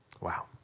Wow